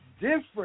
different